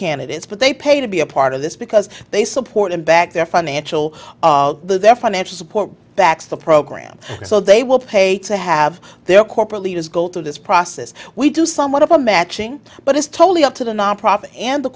candidates but they pay to be a part of this because they support and back their financial their financial support backs the program so they will pay to have their corporate leaders go through this process we do somewhat of a matching but it's totally up to the nonprofit and the